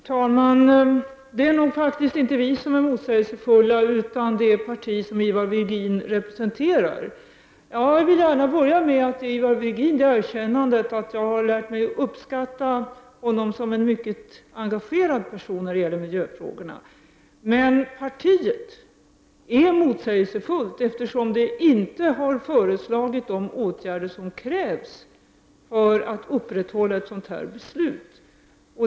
Herr talman! Det är faktiskt inte vi som är motsägelsefulla, utan det är det parti som Ivar Virgin representerar. Jag vill gärna börja med att erkänna att jag har lärt mig att uppskatta Ivar Virgin som en mycket engagerad person 17 när det gäller miljöfrågorna. Men det parti som han företräder är motsägelsefullt, eftersom det inte har föreslagit de åtgärder som krävs för att upprätthålla ett sådant här beslut.